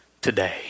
today